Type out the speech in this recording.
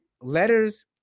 letters